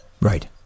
right